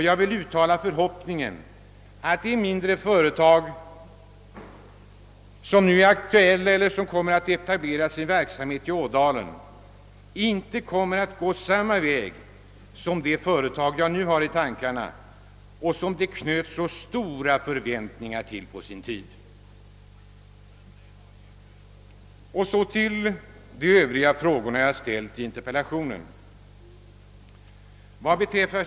Jag vill uttala den förhoppningen att de mindre företag som nu är aktuella eller som kommer att etablera verksamhet i Ådalen inte skall gå samma väg som det företag jag nu har i tankarna och som det på sin tid knöts så stora förväntningar till. Så till de övriga frågor som jag har ställt i interpellationen.